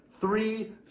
three